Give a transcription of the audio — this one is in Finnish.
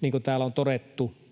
niin kuin täällä on todettu,